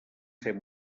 ser